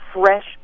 fresh